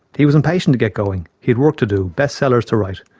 he was impatient to get going, he work to do, best-sellers to write.